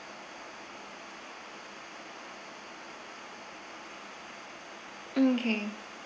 okay